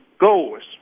goals